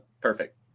perfect